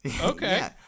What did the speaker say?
Okay